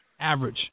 Average